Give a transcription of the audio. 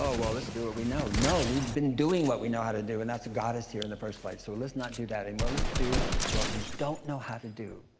ah well, let's do what we know. no, we've been doing what we know how to do and that's what got us here in the first place. so let's not do that anymore. let's do what we don't know how to do.